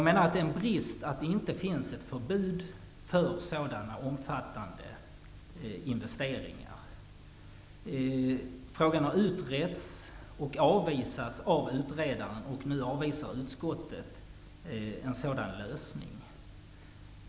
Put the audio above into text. Det är en brist att det inte finns ett förbud mot sådana omfattande investeringar. Frågan har utretts och avvisats av utredaren. Nu avvisar utskottet en sådan lösning.